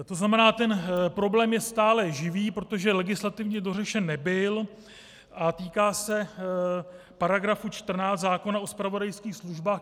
To znamená, ten problém je stále živý, protože legislativně dořešen nebyl, a týká se § 14 zákona o zpravodajských službách.